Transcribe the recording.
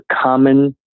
common